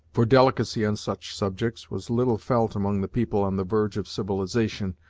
for delicacy on such subjects was little felt among the people on the verge of civilization,